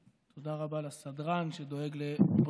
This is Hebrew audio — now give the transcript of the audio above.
תודה רבה לסדרן שדואג לבריאותנו.